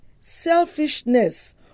selfishness